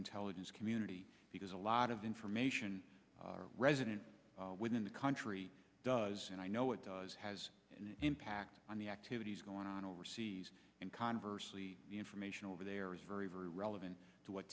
intelligence community because a lot of information resident within the country does and i know it does has an impact on the activities going on overseas and conversely the information over there is very very relevant to what